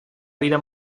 vida